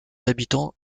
habitants